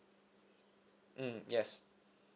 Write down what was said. mm yes